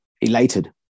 elated